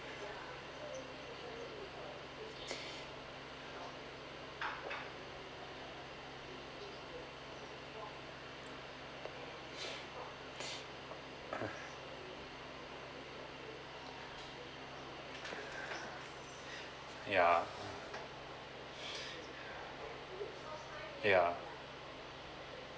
yeah yeah